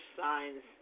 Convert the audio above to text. signs